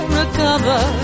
recover